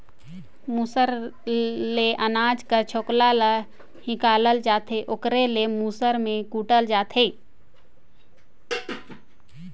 मूसर ले अनाज कर छोकला ल हिंकालल जाथे ओकरे ले मूसर में कूटल जाथे